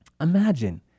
imagine